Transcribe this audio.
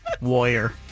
warrior